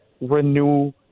renew